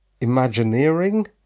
Imagineering